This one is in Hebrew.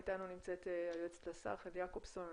איתנו נמצאת היועצת לשר חן יעקבסון,